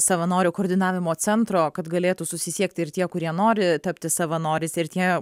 savanorių koordinavimo centro kad galėtų susisiekti ir tie kurie nori tapti savanoriais ir tie